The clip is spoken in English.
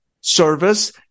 service